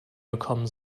gekommen